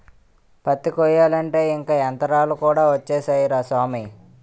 పత్తి కొయ్యాలంటే ఇంక యంతరాలు కూడా ఒచ్చేసాయ్ రా సామీ